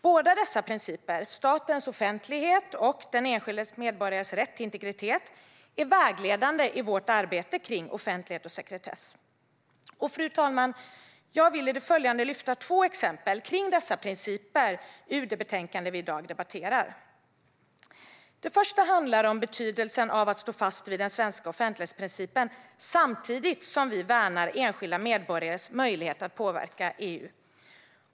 Båda dessa principer - statens offentlighet och den enskilda medborgarens rätt till integritet - är vägledande i vårt arbete om offentlighet och sekretess. Fru talman! Jag vill i det följande lyfta fram två exempel när det gäller dessa principer ur det betänkande som vi i dag debatterar. Det första handlar om betydelsen av att stå fast vid den svenska offentlighetsprincipen samtidigt som vi värnar enskilda medborgarens möjlighet att påverka EU.